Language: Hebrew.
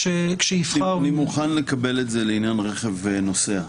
אני מוכן לקבל את זה לעניין רכב נוסע.